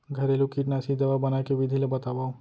घरेलू कीटनाशी दवा बनाए के विधि ला बतावव?